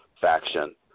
faction